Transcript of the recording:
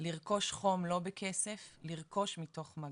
לרכוש חום לא בכסף, לרכוש מתוך מגע.